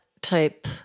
type